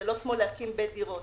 זה לא כמו להקים בית דירות.